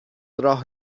راه